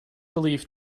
belief